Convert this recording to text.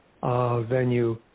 venue